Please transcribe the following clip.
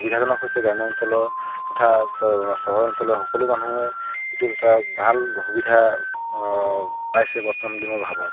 সুবিধাজনক হৈছে গ্ৰাম্য অঞ্চলৰ তথা চহৰ অঞ্চলৰ সকলো মানুহে এইটো এটা ভাল সুবিধা পাইছে বৰ্তমান বুলি মই ভাবোঁ